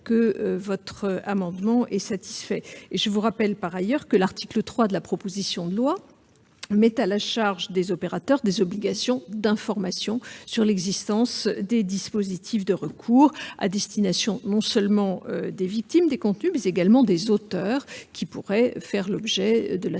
votre amendement. Par ailleurs, l'article 3 de la proposition de loi met à la charge des opérateurs des obligations d'information sur l'existence de dispositifs de recours, à destination non seulement des victimes des contenus, mais également des auteurs qui pourraient faire l'objet de la